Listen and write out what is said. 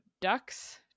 Ducks